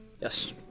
Yes